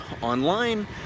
online